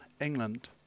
England